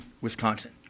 Wisconsin